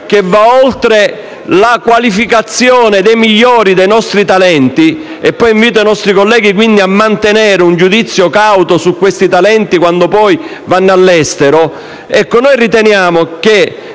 che va oltre la qualificazione dei migliori dei nostri talenti (invito i nostri colleghi a mantenere un giudizio cauto su questi talenti quando vanno all'estero), riteniamo